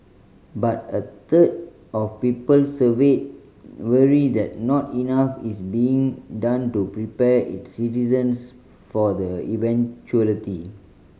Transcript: but a third of people surveyed worry that not enough is being done to prepare its citizens for the eventuality